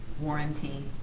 warranty